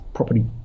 property